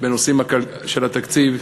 בנושאים של התקציב,